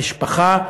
במשפחה.